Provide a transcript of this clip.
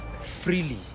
freely